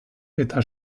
eta